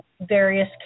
various